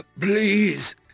please